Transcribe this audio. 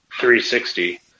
360